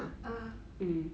ah